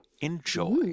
enjoy